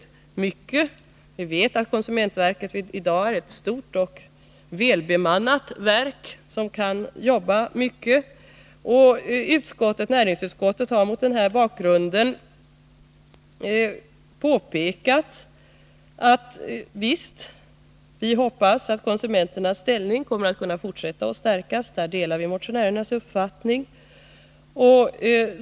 Konsumentverket är som bekant i dag ett stort och välbemannat verk, som har stor kapacitet, och näringsutskottet har mot denna bakgrund påpekat att det hoppas att konsumenternas ställning även i fortsättningen kommer att kunna stärkas. På den punkten delar vi motionärernas uppfattning.